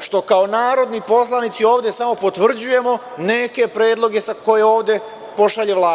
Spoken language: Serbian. što kao narodni poslanici ovde samo potvrđujemo neke predloge koje ovde pošalje Vlada.